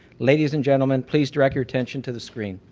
ladies and gentlemen, please direct your attention to the screen.